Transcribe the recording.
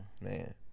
Man